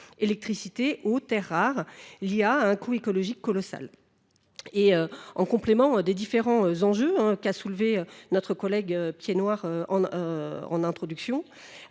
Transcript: électricité aux terres rares liées à un coût écologique colossal. Et en complément des différents enjeux qu'a soulevé notre collègue Pied Noir en introduction,